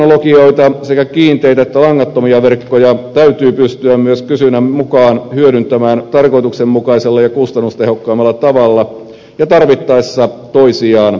eri teknologioita sekä kiinteitä että langattomia verkkoja täytyy pystyä myös kysynnän mukaan hyödyntämään tarkoituksenmukaisella ja kustannustehokkaimmalla tavalla ja tarvittaessa toisiaan täydentäen